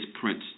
Prince